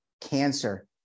cancer